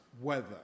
weather